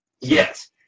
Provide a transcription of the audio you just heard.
Yes